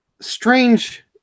Strange